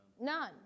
None